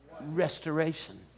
Restoration